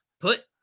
put